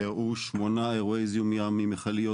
אירעו שמונה אירועי זיהום ים ממכליות,